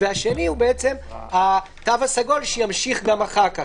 והשני הוא התו הסגול שימשיך גם אחר כך.